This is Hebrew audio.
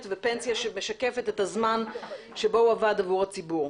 ופנסיה שמשקפת את הזמן שבו עבד מול הציבור.